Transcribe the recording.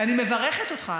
אני מברכת אותך,